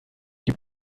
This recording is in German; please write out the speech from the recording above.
gib